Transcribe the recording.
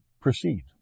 Proceed